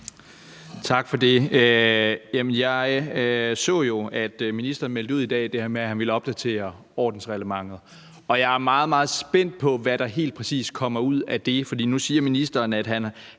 Tak for det. Jeg så jo, at ministeren meldte ud i dag, at han ville opdatere ordensreglementet. Jeg er meget, meget spændt på, hvad der helt præcis kommer ud af det, for nu siger ministeren, at han